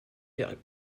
der